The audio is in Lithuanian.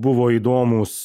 buvo įdomūs